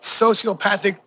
sociopathic